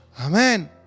Amen